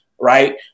right